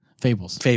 Fables